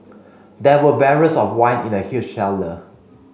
there were barrels of wine in the huge cellar